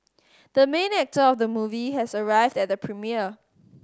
the main actor of the movie has arrived at the premiere